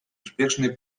успешные